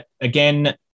again